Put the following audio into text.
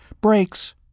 Brakes